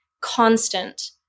constant